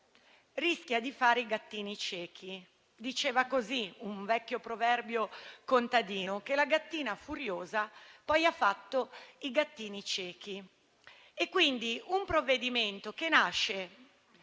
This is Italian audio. rischia di fare i gattini ciechi. Diceva così un vecchio proverbio contadino: la gattina furiosa ha fatto i gattini ciechi. Il provvedimento nasce